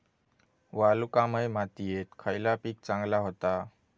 वालुकामय मातयेत खयला पीक चांगला होता?